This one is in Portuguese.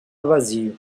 vazio